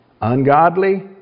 ungodly